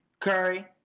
Curry